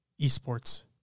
esports